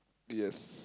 yes